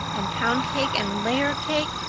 and pound cake and layer cake,